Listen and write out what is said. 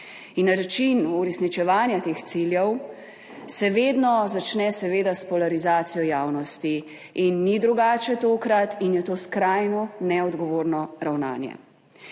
na način uresničevanja teh ciljev, se vedno začne seveda s polarizacijo javnosti, in ni drugače tokrat in je to skrajno neodgovorno ravnanje.